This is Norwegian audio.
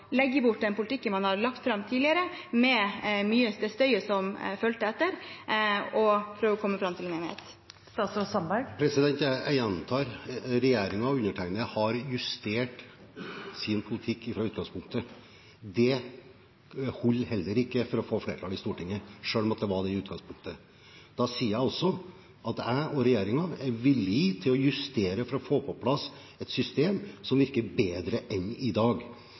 legge bort den politikken man har lagt fram tidligere, med den støyen som fulgte etter, og prøve å komme fram til en enighet? Jeg gjentar: Regjeringen og undertegnede har justert sin politikk fra utgangspunktet. Det holder heller ikke for å få flertall i Stortinget, selv om det var det i utgangspunktet. Da sier jeg også at jeg og regjeringen er villige til å justere for å få på plass et system som virker bedre enn i dag.